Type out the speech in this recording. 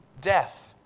death